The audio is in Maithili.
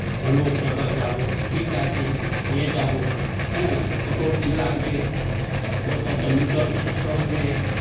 अमुक जगह जाबो ठीक आछे नहि जाबो एँ कतहु की लागबै तऽ ओतय तऽ मीटर सिस्टम रहय